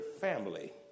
family